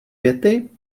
věty